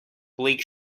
bleak